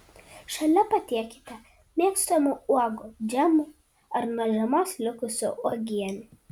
šalia patiekite mėgstamų uogų džemų ar nuo žiemos likusių uogienių